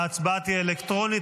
ההצבעה תהיה אלקטרונית,